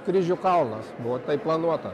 kryžių kalnas buvo planuota